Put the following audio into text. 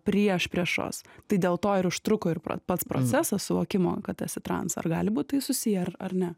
priešpriešos tai dėl to ir užtruko ir pats procesas suvokimo kad esi trans ar gali būt tai susiję ar ar ne